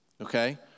okay